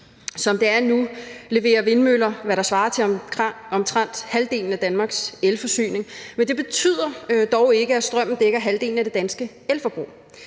Som det er nu, leverer vindmøller, hvad der svarer til omtrent halvdelen af Danmarks elforsyning, men det betyder dog ikke, at strømmen dækker halvdelen af det danske elforbrug.